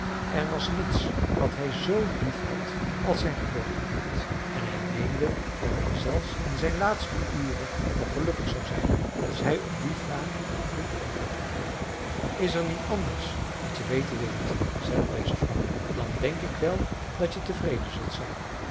er was niets wat hij z liefhad als zijn geboortegrond en hij meende dat hij zelfs in zijn laatste ure nog gelukkig zou zijn als hij op die vraag een goed antwoord kreeg is er niet anders dat je weten wilt zei de wijze vrouw dan denk ik wel dat je tevreden zult zijn